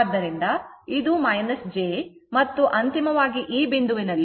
ಆದ್ದರಿಂದ ಇದು j ಮತ್ತು ಅಂತಿಮವಾಗಿ ಈ ಬಿಂದುವಿನಲ್ಲಿ j 4 ಇರುತ್ತದೆ